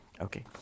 Okay